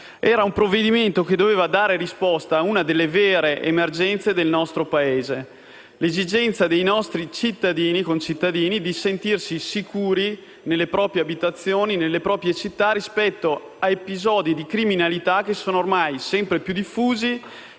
Era un provvedimento che doveva dare risposta a una delle vere emergenze del nostro Paese, cioè l'esigenza dei nostri concittadini di sentirsi sicuri nelle proprie abitazioni e nelle proprie città rispetto ad episodi di criminalità che sono ormai sempre più diffusi